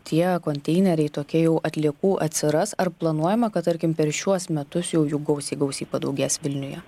tie konteineriai tokie jau atliekų atsiras ar planuojama kad tarkim per šiuos metus jau jų gausiai gausiai padaugės vilniuje